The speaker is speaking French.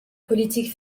politique